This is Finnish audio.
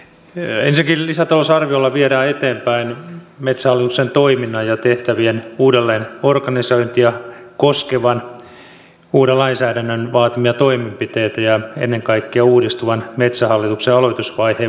ensinnäkin lisätalousarviolla viedään eteenpäin metsähallituksen toiminnan ja tehtävien uudelleenorganisointia koskevan uuden lainsäädännön vaatimia toimenpiteitä ja ennen kaikkea uudistuvan metsähallituksen aloitusvaiheen vaatimia toimenpiteitä